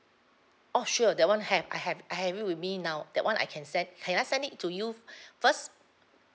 oh sure that [one] have I have I have it with me now that [one] I can send can I send it to you first